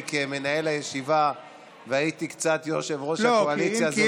כמנהל הישיבה והייתי קצת יושב-ראש הקואליציה זה לא נגמר טוב.